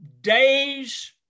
days